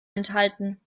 enthalten